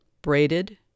braided